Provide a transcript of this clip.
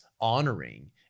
honoring